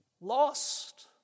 lost